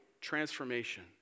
transformation